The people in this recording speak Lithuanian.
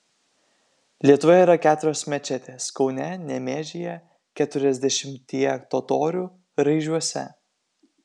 lietuvoje yra keturios mečetės kaune nemėžyje keturiasdešimtyje totorių raižiuose